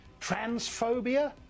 transphobia